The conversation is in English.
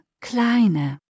kleine